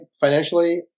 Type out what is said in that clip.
financially